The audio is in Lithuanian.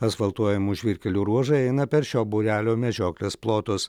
asfaltuojamų žvyrkelių ruožai eina per šio būrelio medžioklės plotus